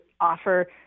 offer